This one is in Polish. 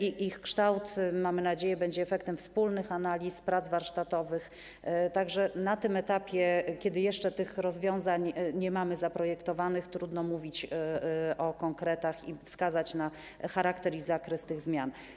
Ich kształt, mamy nadzieję, będzie efektem wspólnych analiz, prac warsztatowych, tak że na tym etapie, kiedy jeszcze tych rozwiązań nie mamy zaprojektowanych, trudno mówić o konkretach i wskazać na charakter oraz zakres tych zmian.